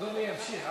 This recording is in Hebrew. אדוני ימשיך.